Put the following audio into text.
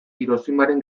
hiroshimaren